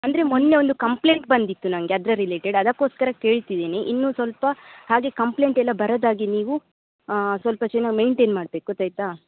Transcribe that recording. ಅಂದರೆ ಮೊನ್ನೆ ಒಂದು ಕಂಪ್ಲೆಂಟ್ ಬಂದಿತ್ತು ನನಗೆ ಅದರ ರಿಲೇಟೆಡ್ ಅದಕ್ಕೋಸ್ಕರ ಕೇಳ್ತಿದ್ದೀನಿ ಇನ್ನು ಸ್ವಲ್ಪ ಹಾಗೆ ಕಂಪ್ಲೆಂಟ್ ಎಲ್ಲ ಬರದಾಗೆ ನೀವು ಸ್ವಲ್ಪ ಚೆನ್ನಾಗಿ ಮೈನ್ಟೈನ್ ಮಾಡ್ಬೇಕು ಗೊತ್ತಾಯ್ತಾ